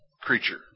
creature